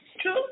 True